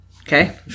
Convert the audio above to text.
Okay